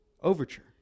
overture